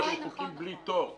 החוקים בלי תור.